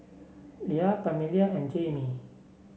Leia Pamelia and Jamey